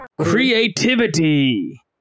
creativity